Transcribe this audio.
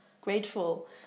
grateful